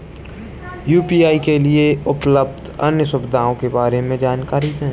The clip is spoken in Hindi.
यू.पी.आई के लिए उपलब्ध अन्य सुविधाओं के बारे में जानकारी दें?